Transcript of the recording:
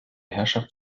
herrschaft